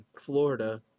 Florida